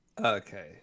Okay